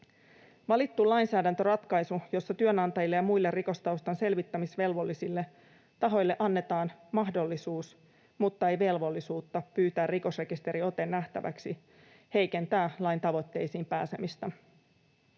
Valittu lainsäädäntöratkaisu, jossa työnantajille ja muille rikostaustan selvittämisvelvollisille tahoille annetaan mahdollisuus mutta ei velvollisuutta pyytää rikosrekisteriote nähtäväksi, heikentää lain tavoitteisiin pääsemistä.